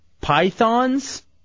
Pythons